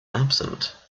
absent